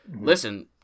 listen